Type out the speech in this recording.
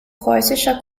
preußischer